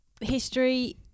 history